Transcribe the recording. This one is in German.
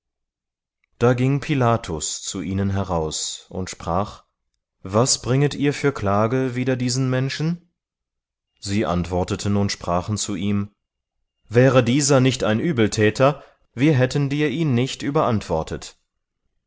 da ging pilatus zu ihnen heraus und sprach was bringet ihr für klage wider diesen menschen sie antworteten und sprachen zu ihm wäre dieser nicht ein übeltäter wir hätten dir ihn nicht überantwortet